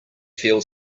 feel